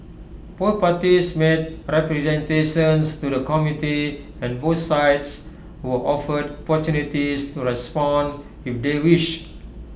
both parties made representations to the committee and both sides were offered opportunities to respond if they wished